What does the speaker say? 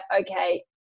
Okay